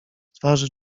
twarzy